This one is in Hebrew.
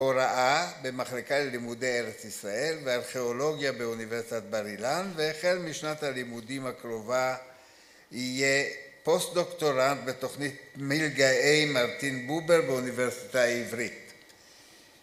‫הוראה במחלקה ללימודי ארץ ישראל ‫וארכיאולוגיה באוניברסיטת בר אילן, ‫והחל משנת הלימודים הקרובה ‫יהיה פוסט-דוקטורנט ‫בתוכנית מלגאי מרטין בובר ‫באוניברסיטה העברית.